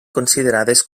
considerades